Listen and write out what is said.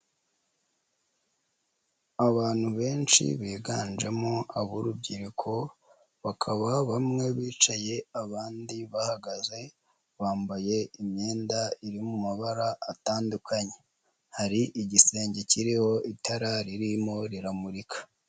Abantu benshi biganjemo ab'urubyiruko, bakaba bamwe bicaye abandi bahagaze, bambaye imyenda iri mu mabara atandukanye, hari igisenge kiriho itara ririmo riramurika.